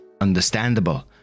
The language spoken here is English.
Understandable